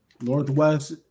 Northwest